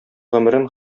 гомерен